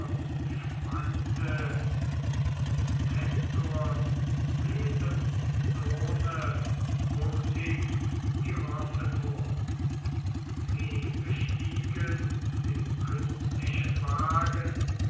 spannte mit nestors blühendem sohne hurtig die rosse vor sie bestiegen den künstlichen wagen